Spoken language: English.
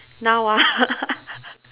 now ah